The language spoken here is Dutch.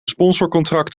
sponsorcontract